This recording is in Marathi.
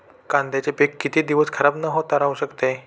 कांद्याचे पीक किती दिवस खराब न होता राहू शकते?